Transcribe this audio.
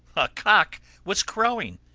a cock was crowing,